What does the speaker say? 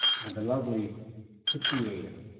and lovely pityeia.